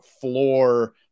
floor